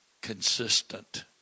consistent